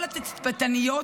כל התצפיתניות